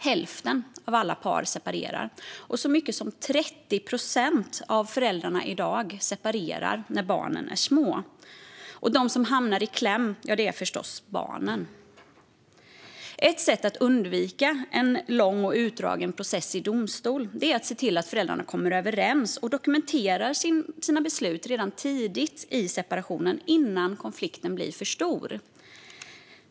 Hälften av alla par separerar, och så många som 30 procent av föräldrarna i dag separerar när barnen är små. De som hamnar i kläm är förstås barnen. Ett sätt att undvika en lång och utdragen process i domstol är att se till att föräldrarna kommer överens och dokumenterar sina beslut redan tidigt i separationen, innan konflikten blir för stor.